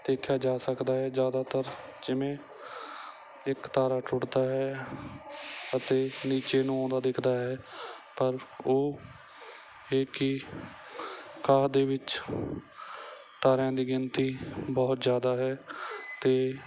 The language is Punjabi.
ਦੇਖਿਆ ਜਾ ਸਕਦਾ ਹੈ ਜ਼ਿਆਦਾਤਰ ਜਿਵੇਂ ਇੱਕ ਤਾਰਾ ਟੁੱਟਦਾ ਹੈ ਅਤੇ ਨੀਚੇ ਨੂੰ ਆਉਂਦਾ ਦਿੱਖਦਾ ਹੈ ਪਰ ਉਹ ਇਹ ਕਿ ਅਕਾਸ਼ ਦੇ ਵਿੱਚ ਤਾਰਿਆਂ ਦੀ ਗਿਣਤੀ ਬਹੁਤ ਜ਼ਿਆਦਾ ਹੈ ਅਤੇ